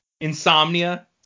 Insomnia